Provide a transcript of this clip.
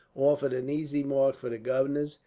offered an easy mark for the gunners,